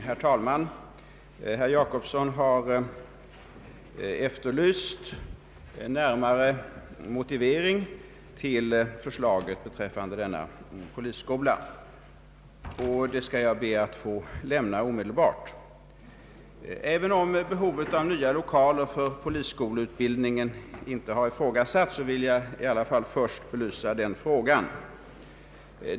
Herr talman! Herr Per Jacobsson har efterlyst en närmare motivering till förslaget beträffande denna polisskola. Den motiveringen skall jag be att få lämna omedelbart. Även om behovet av nya lokaler för polisskoleutbildningen inte har ifrågasatts, vill jag i alla fall först belysa den frågan.